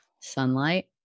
Sunlight